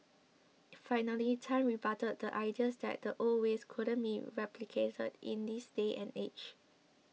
finally Tan rebutted the ideas that the old ways couldn't be replicated in this day and age